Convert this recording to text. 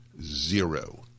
Zero